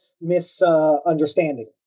misunderstanding